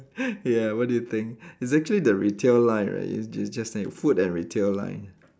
ya what do you think it's actually the retail line right you ju~ just need food and retail line